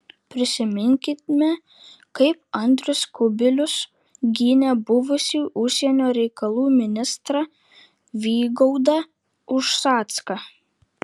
prisiminkime kaip andrius kubilius gynė buvusį užsienio reikalų ministrą vygaudą ušacką